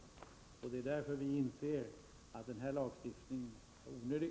Det är därför vi anser att den här lagstiftningen är onödig.